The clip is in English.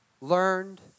learned